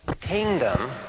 kingdom